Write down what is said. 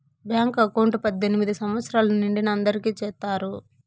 bank account పద్దెనిమిది సంవచ్చరాలు నిండిన అందరికి చేత్తారు